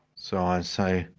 so i say,